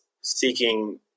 seeking